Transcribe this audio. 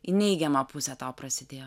į neigiamą pusę tau prasidėjo